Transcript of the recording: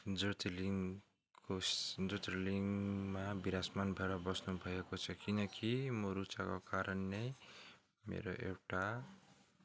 ज्योतिर्लिङ्गको ज्योतिर्लिङ्गमा बिराजमान भएर बस्नु भएको छ किनकि म रुचाएको कारण नै मेरो एउटा